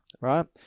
right